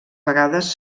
vegades